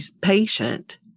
patient